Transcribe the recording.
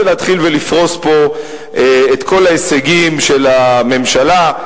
להתחיל ולפרוס פה את כל ההישגים של הממשלה.